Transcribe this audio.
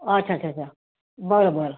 अच्छा च्छा च्छा बरं बरं